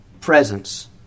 presence